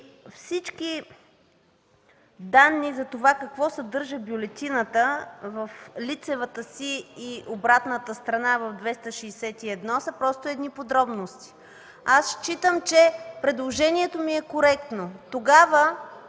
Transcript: всички данни какво съдържа бюлетината в лицевата и в обратната си страна в чл. 261 са просто подробности. Смятам, че предложението ни е коректно. Тогава